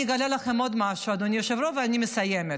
אגלה לכם עוד משהו, אדוני היושב-ראש, ואני מסיימת,